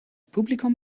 publikum